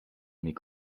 mes